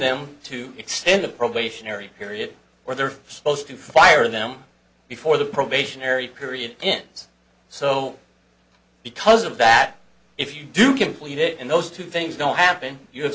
them to extend a probationary period or they're supposed to fire them before the probationary period ends so because of that if you do complete it and those two things don't happen